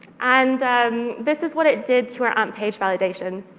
and this is what it did to our amp page validation.